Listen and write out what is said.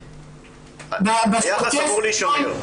היחס אמור להישמר.